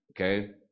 Okay